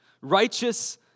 righteous